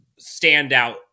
standout